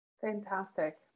Fantastic